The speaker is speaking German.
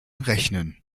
rechnen